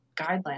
guidelines